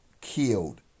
killed